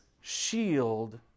shield